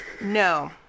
No